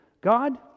God